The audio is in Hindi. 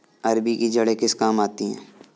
अरबी की जड़ें किस काम आती हैं?